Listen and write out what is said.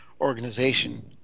organization